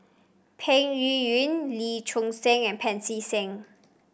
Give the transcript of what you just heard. Peng Yuyun Lee Choon Seng and Pancy Seng